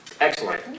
Excellent